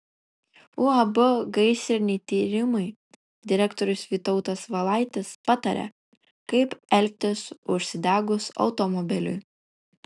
uab gaisriniai tyrimai direktorius vytautas valaitis pataria kaip elgtis užsidegus automobiliui